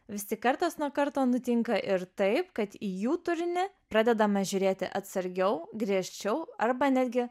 visi kartas nuo karto nutinka ir taip kad į jų turinį pradedama žiūrėti atsargiau griežčiau arba netgi